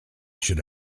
should